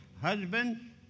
husband